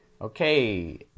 Okay